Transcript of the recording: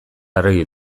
arregi